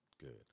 good